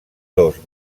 dos